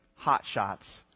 hotshots